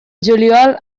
juliol